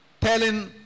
telling